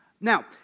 Now